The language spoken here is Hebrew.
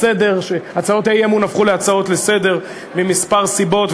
הצעות האי-אמון הפכו להצעות לסדר-היום מכמה סיבות,